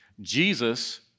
Jesus